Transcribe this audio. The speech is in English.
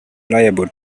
liable